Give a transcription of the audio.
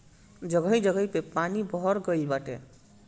जगही जगही पे पानी भर गइल बाटे